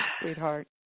sweetheart